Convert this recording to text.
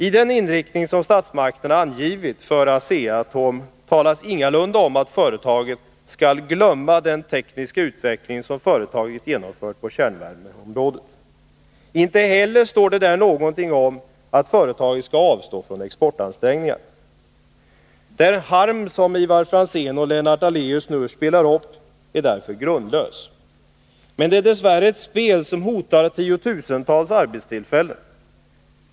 I den inriktning som statsmakterna har angivit för Asea-Atom talas det ingalunda om att företaget skall glömma den tekniska utveckling som företaget genomfört på kärnvärmeområdet. Det står inte heller någonting om att företaget skall avstå från exportansträngningar. Den harm som Ivar Franzén och Lennart Daléus nu spelar upp är därför grundlös. Men det är dess värre ett spel som hotar tiotusentals arbetstillfällen.